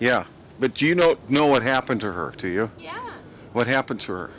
yeah but you know know what happened to her to you what happened to her